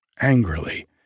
Angrily